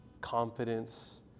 confidence